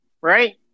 right